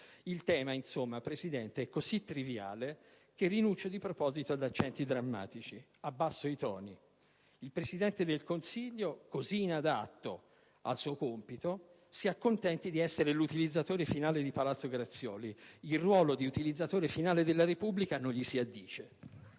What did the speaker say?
Il tema insomma, signor Presidente, è così triviale che rinuncio di proposito ad accenti drammatici ed abbasso i toni. Il Presidente del Consiglio, così inadatto al suo compito, si accontenti di essere l'utilizzatore finale di palazzo Grazioli; il ruolo di utilizzatore finale della Repubblica non gli si addice.